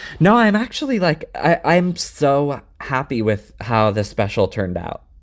no, i'm actually like i am so happy with how the special turned out.